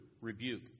rebuke